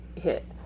hit